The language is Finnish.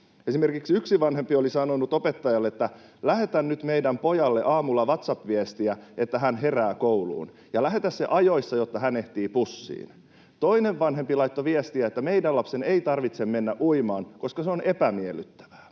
Esimerkiksi yksi vanhempi oli sanonut opettajalle, että lähetä nyt meidän pojalle aamulla WhatsApp-viestiä, että hän herää kouluun, ja lähetä se ajoissa, jotta hän ehtii bussiin. Toinen vanhempi laittoi viestiä, että meidän lapsen ei tarvitse mennä uimaan, koska se on epämiellyttävää.